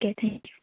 okay thank you